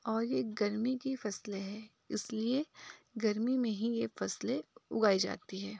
और यह गर्मी की फसलें है इसलिए गर्मी में ही यह फसलें उगाई जाती हैं